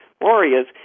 warriors